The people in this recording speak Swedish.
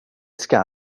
ska